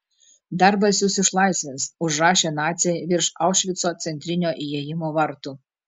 darbas jus išlaisvins užrašė naciai virš aušvico centrinio įėjimo vartų